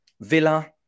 Villa